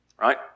right